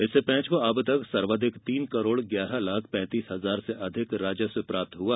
इससे पेंच को अब तक सर्वाधिक तीन करोड़ ग्यारह लाख पेंतीस हजार से अधिक राजस्व प्राप्त हुआ